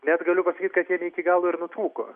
net galiu pasakyt kad jie ne iki galo ir nutrūko